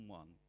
one